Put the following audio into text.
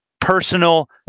personal